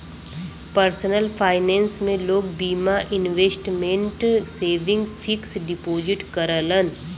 personal finance में लोग बीमा, इन्वेसमटमेंट, सेविंग, फिक्स डिपोजिट करलन